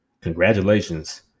congratulations